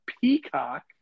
Peacock